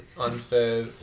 unfair